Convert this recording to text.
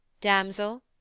Damsel